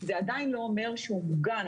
זה עדיין לא אומר שהוא מוגן.